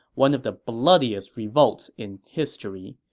one of the bloodiest revolts in history.